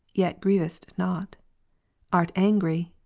yet grievest not art angry,